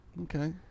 Okay